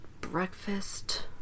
breakfast